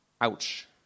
Ouch